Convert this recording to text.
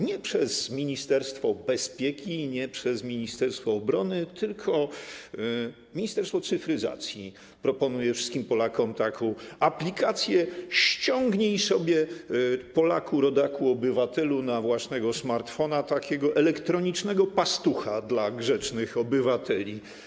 Nie przez ministerstwo bezpieki i nie przez ministerstwo obrony, tylko przez Ministerstwo Cyfryzacji - ono proponuje wszystkim Polakom taką aplikację: ściągnij sobie, Polaku, rodaku, obywatelu, na własnego smartfona takiego elektronicznego pastucha dla grzecznych obywateli.